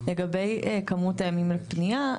לגבי כמות הימים לפנייה,